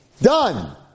Done